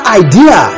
idea